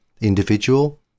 Individual